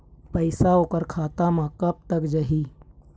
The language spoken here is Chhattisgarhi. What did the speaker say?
पैसा ओकर खाता म कब तक जाही?